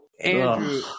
Andrew